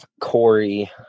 Corey –